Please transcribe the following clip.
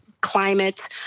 climate